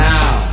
Now